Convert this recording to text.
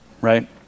right